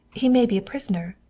he may be a prisoner.